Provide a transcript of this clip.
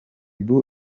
boo